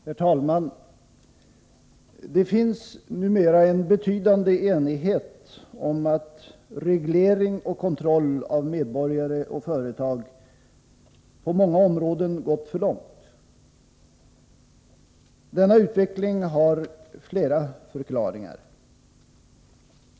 Herr talman! Det finns numera en betydande enighet om att reglering och kontroll av medborgare och företag på många områden gått för långt. Denna utveckling har flera förklaringar.